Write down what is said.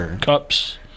cups